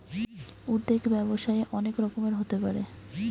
উদ্যোগ ব্যবসায়ে অনেক রকমের হতে পারে